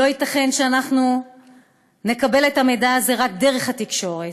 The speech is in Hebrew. לא ייתכן שאנחנו נקבל את המידע הזה רק דרך התקשורת,